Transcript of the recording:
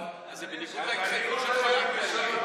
אז זה בניגוד להתחייבות שהתחייבת אליי.